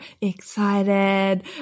excited